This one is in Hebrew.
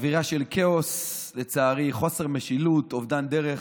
אווירה של כאוס, לצערי, חוסר משילות, אובדן דרך.